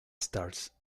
stars